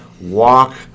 walk